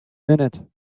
minute